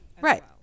Right